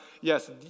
Yes